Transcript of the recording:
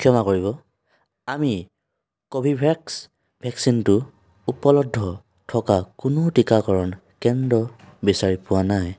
ক্ষমা কৰিব আমি কৰ্বীভেক্স ভেকচিনটো উপলব্ধ থকা কোনো টীকাকৰণ কেন্দ্ৰ বিচাৰি পোৱা নাই